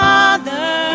Father